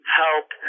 help